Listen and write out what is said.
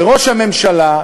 ראש הממשלה,